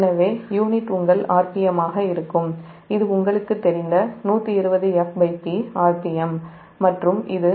எனவே யூனிட் உங்கள் rpm ஆக இருக்கும் இது உங்களுக்குத் தெரிந்த 120fp rpm மற்றும் இது 1803